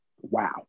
wow